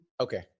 Okay